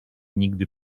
nigdy